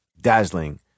dazzling